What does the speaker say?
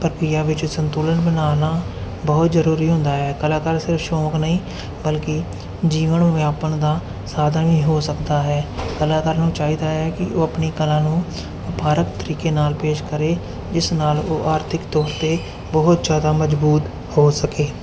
ਪ੍ਰਕਿਰਿਆਂ ਵਿੱਚ ਸੰਤੁਲਨ ਬਣਾਉਣਾ ਬਹੁਤ ਜ਼ਰੂਰੀ ਹੁੰਦਾ ਹੈ ਕਲਾਕਾਰ ਸਿਰਫ਼ ਸ਼ੌਂਕ ਨਹੀਂ ਬਲਕਿ ਜੀਵਨ ਵਿਆਪਣ ਦਾ ਸਾਧਨ ਵੀ ਹੋ ਸਕਦਾ ਹੈ ਕਲਾਕਾਰ ਨੂੰ ਚਾਹੀਦਾ ਹੈ ਕਿ ਉਹ ਆਪਣੀ ਕਲਾ ਨੂੰ ਵਪਾਰਕ ਤਰੀਕੇ ਨਾਲ ਪੇਸ਼ ਕਰੇ ਜਿਸ ਨਾਲ ਉਹ ਆਰਥਿਕ ਤੌਰ 'ਤੇ ਬਹੁਤ ਜ਼ਿਆਦਾ ਮਜ਼ਬੂਤ ਹੋ ਸਕੇ